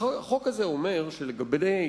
החוק הזה אומר שלגבי